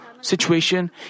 situation